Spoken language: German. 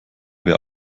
wer